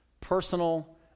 personal